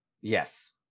yes